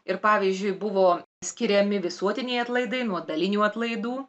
ir pavyzdžiui buvo skiriami visuotiniai atlaidai nuo dalinių atlaidų